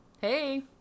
hey